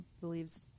believes